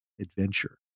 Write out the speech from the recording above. adventure